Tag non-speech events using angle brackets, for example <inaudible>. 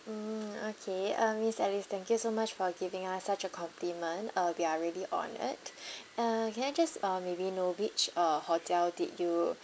mm okay uh miss alice thank you so much for giving us such a compliment uh we are really honoured <breath> uh can I just uh maybe know which uh hotel did you